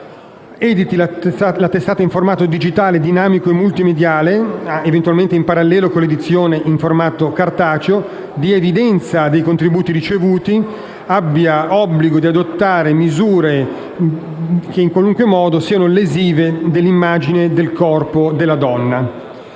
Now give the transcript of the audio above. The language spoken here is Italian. editi la testata in formato digitale, dinamico e multimediale, eventualmente in parallelo con l'edizione in formato cartaceo, dia evidenza dei contributi ricevuti, abbia l'obbligo di non adottare misure che, in qualunque modo, siano lesive dell'immagine del corpo della donna.